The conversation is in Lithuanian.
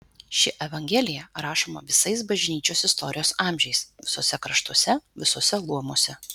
ši evangelija rašoma visais bažnyčios istorijos amžiais visuose kraštuose visuose luomuose